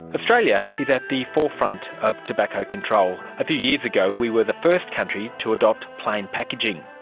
australia is at the forefront of tobacco control. a few years ago we were the first country to adopt plain packaging.